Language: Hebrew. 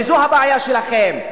וזו הבעיה שלכם.